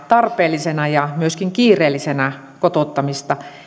tarpeellisena ja myöskin kiireellisenä kotouttamista